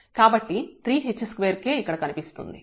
కాబట్టి 3h2k ఇక్కడ కనిపిస్తోంది